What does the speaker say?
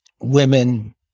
women